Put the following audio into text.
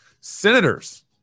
senators